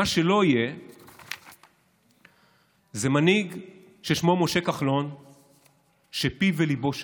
מה שלא יהיה זה מנהיג ששמו משה כחלון שפיו וליבו שווים.